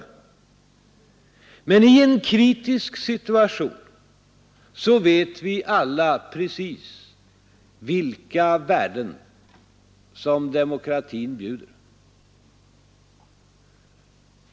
Men i en kritisk situation vet vi alla precis vilka värden som demokratin bjuder.